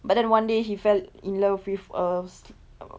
but then one day he fell in love with a s~